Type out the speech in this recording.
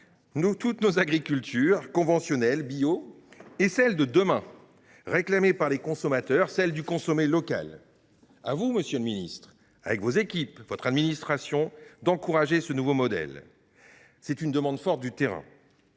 soutenir toutes nos agricultures, conventionnelles ou bio, mais aussi celle de demain, qui est réclamée par les consommateurs : le « consommer local ». À vous, monsieur le ministre, avec vos équipes, votre administration, d’encourager ce nouveau modèle. C’est une demande forte du terrain.